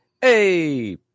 Hey